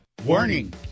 Warning